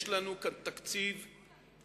יש לנו כאן תקציב חדשני,